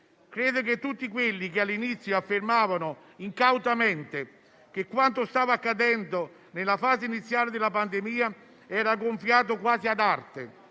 Credo che tutti quelli che all'inizio affermavano incautamente che quanto stava accadendo nella fase iniziale della pandemia era gonfiato quasi ad arte